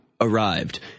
arrived